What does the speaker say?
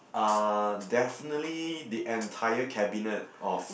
uh definitely the entire cabinet of